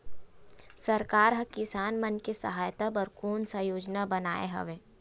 सरकार हा किसान मन के सहायता बर कोन सा योजना बनाए हवाये?